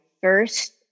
first